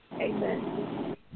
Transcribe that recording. Amen